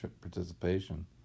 participation